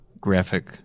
graphic